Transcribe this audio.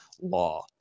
law